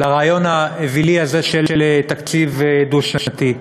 לרעיון האווילי הזה של תקציב דו-שנתי.